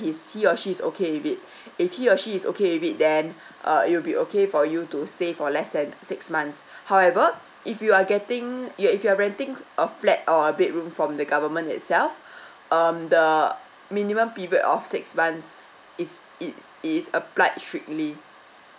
he's he or she is okay with it if he or she is okay with it then uh it will be okay for you to stay for less than six months however if you are getting you if you're renting a flat or a bedroom from the government itself um the minimum period of six months is it it is applied strictly